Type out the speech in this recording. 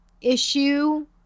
issue